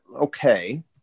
okay